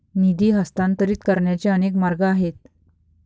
निधी हस्तांतरित करण्याचे अनेक मार्ग आहेत